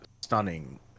stunning